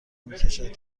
میکشد